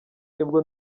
nibwo